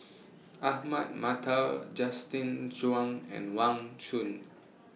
Ahmad Mattar Justin Zhuang and Wang Chunde